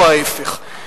או ההיפך.